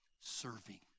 serving